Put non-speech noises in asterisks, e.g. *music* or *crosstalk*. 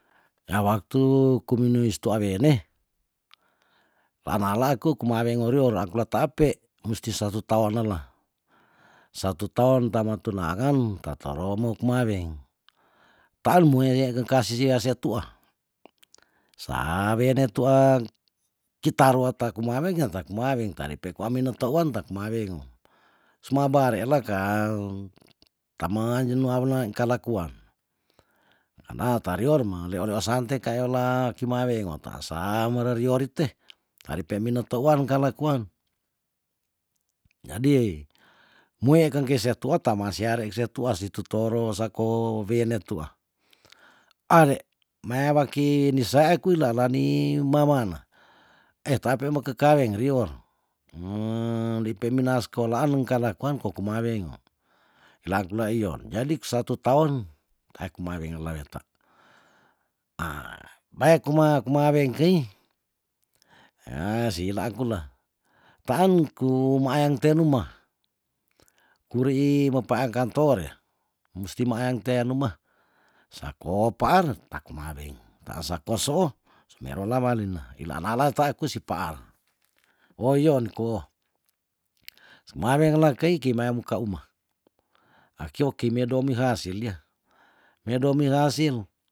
Ya waktu kuminuis tua wene laanalaku kumaweng wori ora kula ta ape musti satu taon nela satu taon ta matunangan ta toro muuk kumaweng taan mue dea kekasih sia wesea tuah sa weyene tuek kita rua ta kumaweng yah ta kumaweng ta depe kwa mene teuan tan kumawengo suma bariela kan tamen jenu aluawaing kalakuan karna ta rior meleoleosan te kaayola kimawengo tasa mere riori te tari pemino teuan kalakuan jadi mue kang keset tuah tamaasih are se tuah si tu toro sako wene tuah ode mea waki ni sea ekuwila lani memana eh tape mekekaweng rior *hesitation* ndei pi minas skolaan neng kalakuan ko kumawengo ilang kula iyon jadik satu taon tae kumawengan la wet *hesitation* bae kuma- kumaweng kei *hesitation* siilaang kula taan ku meayang te numah kurii mepaayang kantore musti meayang tea numah sako paar ta komaweng taan sako osoo sumerola walina ila nalea tae kusi paar oh iyon ko sumaweng la kei kimea muka umah aki oki medomi saas si lia medomi hasil